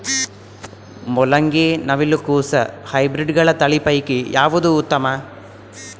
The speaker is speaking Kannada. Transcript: ಮೊಲಂಗಿ, ನವಿಲು ಕೊಸ ಹೈಬ್ರಿಡ್ಗಳ ತಳಿ ಪೈಕಿ ಯಾವದು ಉತ್ತಮ?